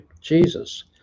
Jesus